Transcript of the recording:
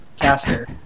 Caster